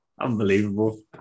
Unbelievable